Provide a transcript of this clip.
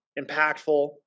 impactful